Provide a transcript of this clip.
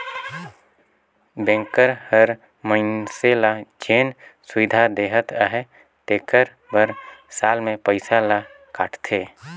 bank हर मइनसे ल जेन सुबिधा देहत अहे तेकर बर साल में पइसा ल काटथे